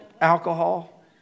Alcohol